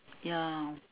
ya